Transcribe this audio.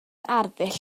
arddull